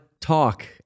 talk